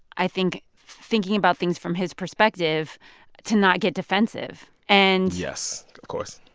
i think thinking about things from his perspective to not get defensive. and. yes, of course.